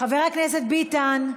חבר הכנסת ביטן.